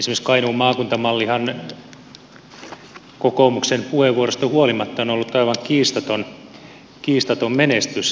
esimerkiksi kainuun maakuntamallihan kokoomuksen puheenvuorosta huolimatta on ollut aivan kiistaton menestys